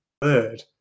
bird